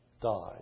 died